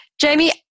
Jamie